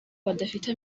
badafite